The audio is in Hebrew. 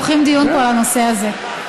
עורכים דיון פה על הנושא הזה.